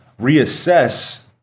reassess